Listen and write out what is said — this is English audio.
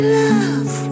love